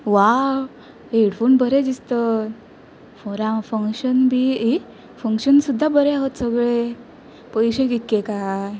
वाव हेडफोन बरें दिसता फॉर आं फंक्शन बी ए फंक्शन सुद्दां बरें आसात सगळें पयशे कितले काय